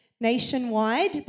nationwide